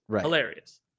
Hilarious